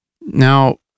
Now